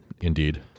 indeed